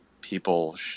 people